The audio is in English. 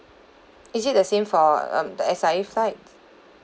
is it the same for um the S_I_A flights